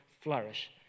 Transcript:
flourish